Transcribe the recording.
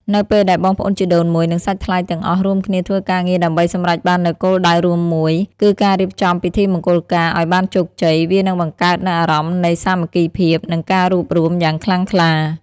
នៅពេលដែលបងប្អូនជីដូនមួយ និងសាច់ថ្លៃទាំងអស់រួមគ្នាធ្វើការងារដើម្បីសម្រេចបាននូវគោលដៅរួមមួយ គឺការរៀបចំពិធីមង្គលការឱ្យបានជោគជ័យ វានឹងបង្កើតនូវអារម្មណ៍នៃ សាមគ្គីភាព និងការរួបរួម យ៉ាងខ្លាំងក្លា។